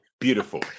beautiful